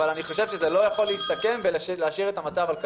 אבל אני חושב שזה לא יכול להסתכם בהשארת המצב על כנו.